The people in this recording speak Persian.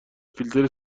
فیلتر